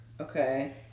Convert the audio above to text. Okay